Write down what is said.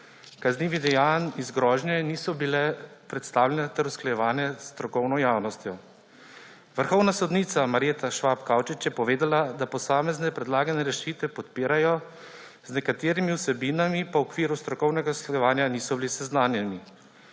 kaznivih dejanj iz grožnje niso bile predstavljene ter usklajevane s strokovno javnostjo. Vrhovna sodnica Marjeta Švab Širok je povedala, da posamezne predlagane rešitve podpirajo, z nekaterimi vsebinami pa v okviru strokovnega usklajevanja niso bili seznanjeni.